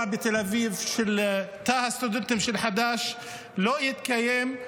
בתל אביב של תא הסטודנטים של חד"ש לא יתקיים,